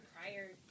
prior